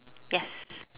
yes